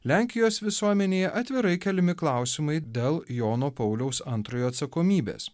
lenkijos visuomenėje atvirai keliami klausimai dėl jono pauliaus antrojo atsakomybės